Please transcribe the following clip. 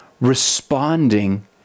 responding